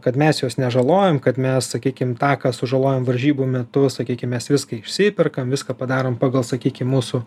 kad mes jos nežalojam kad mes sakykim tą ką sužalojam varžybų metu sakykim mes viską išsiperkam viską padarom pagal sakykim mūsų